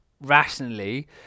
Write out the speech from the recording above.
rationally